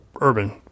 urban